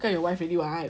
become your wife already [what]